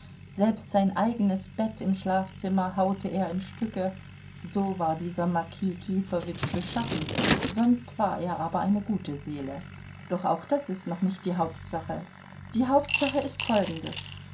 selbst sein eigenes bett im schlafzimmer haute er in stücke so war dieser mokij kifowitsch beschaffen sonst war er aber eine gute seele doch auch das ist noch nicht die hauptsache die hauptsache ist folgendes